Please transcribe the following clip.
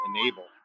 enable